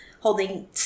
holding